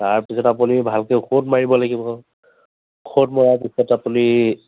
তাৰপিছত আপুনি ভালকৈ ঔষধ মাৰিব লাগিব ঔষধ মৰাৰ পিছত আপুনি